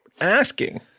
asking